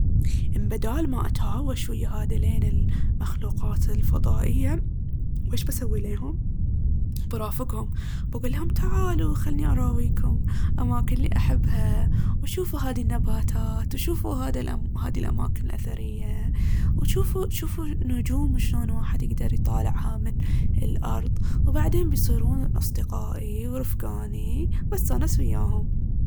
امبدال ما اتهاوش ويا هاذيلين المخلوقات الفضائية، ويش بسوي ليهم؟ برافقهم. بقول ليهم تعالوا خلني اراويكم الأماكن اللي احبها وشوفوا النباتات وشوفوا هذا- هاذي الأماكن الأثرية، وجوفوا- شوفوا النجوم شلون الواحد يقدر يطالعها من الأرض. وبعدين بيصيرون أصدقائي ورفقاني واستانس وياهم.